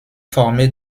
formée